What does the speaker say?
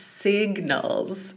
signals